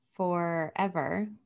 forever